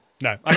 no